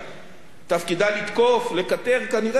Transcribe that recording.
תפקידה לתקוף, לקטר, כנראה בכל מחיר.